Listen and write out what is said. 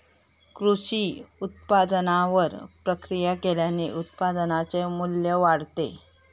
कृषी उत्पादनावर प्रक्रिया केल्याने उत्पादनाचे मू्ल्य वाढते